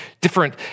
different